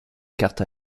cartes